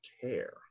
care